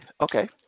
Okay